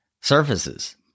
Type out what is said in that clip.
surfaces